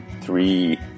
three